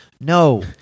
No